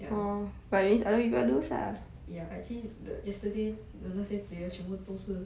ya ya actually the yesterday 的那些 players 全部都是